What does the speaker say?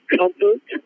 comfort